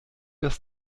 das